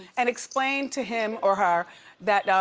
and explain to him or her that,